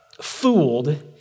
fooled